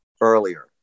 earlier